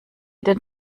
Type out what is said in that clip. den